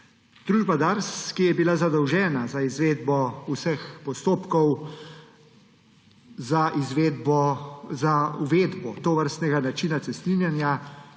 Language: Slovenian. Družba Dars, ki je bila zadolžena za izvedbo vseh postopkov za uvedbo tovrstnega načina cestninjenja,